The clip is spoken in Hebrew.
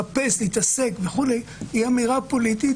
מחפש להתעסק וכולי, היא אמירה פוליטית.